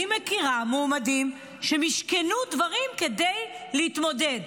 אני מכירה מועמדים שמִשכנו דברים כדי להתמודד,